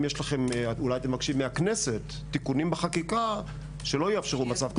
אולי אתם מבקשים מהכנסת תיקונים בחקיקה שלא יאפשרו מצב כזה.